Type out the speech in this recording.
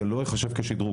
זה לא ייחשב כשדרוג.